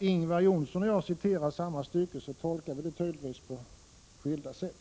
När Ingvar Johnsson och jag läser samma stycke så tolkar vi det tydligtvis på olika sätt.